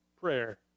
prayer